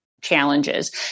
challenges